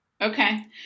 okay